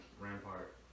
rampart